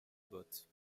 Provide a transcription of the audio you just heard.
botte